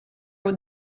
when